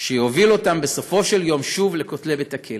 שיוביל אותם בסופו של יום שוב אל בין כותלי בית הכלא.